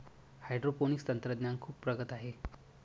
hydroponics तंत्रज्ञान खूप प्रगत आहे